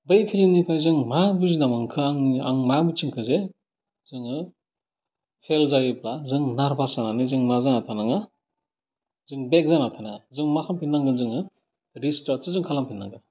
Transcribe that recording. बैखिनिनिखौ जोङो मा बुजिना मोनखो आं आं मा मिथिखो जे जोङो फेइल जायोबा जों नारबास जानानै जों मा जानानै थानाङा जों बेग जानानै थानाङा जों मा खालामफिननांगोन जोङो रिस्टार्टसो जों खालामफिननांगोन